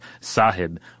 Sahib